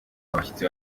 abashyitsi